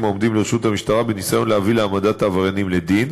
העומדים לרשות המשטרה בניסיון להביא להעמדת העבריינים לדין.